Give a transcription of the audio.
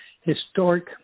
historic